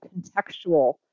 contextual